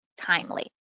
timely